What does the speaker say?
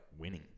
winning